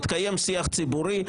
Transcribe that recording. יתקיים שיח ציבורי.